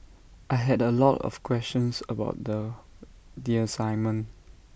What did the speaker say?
I had A lot of questions about the the assignment